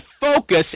focus